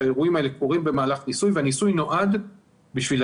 האירועים האלה קורים במהלך ניסוי והניסוי נועד כדי